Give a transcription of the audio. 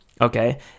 okay